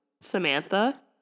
Samantha